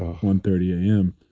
one thirty am.